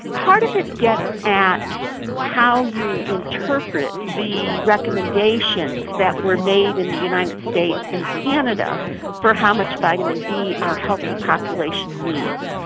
part of it gets at how you interpret the recommendations that were made in the united states and canada for how much vitamin d a healthy population needs.